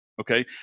Okay